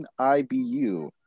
ibu